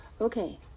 okay